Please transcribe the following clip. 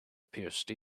pierced